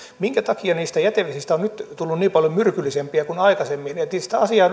minkä takia niistä jätevesistä on nyt tullut niin paljon myrkyllisempiä kuin aikaisemmin että sitä asiaa